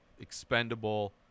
Expendable